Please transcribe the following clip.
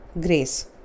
grace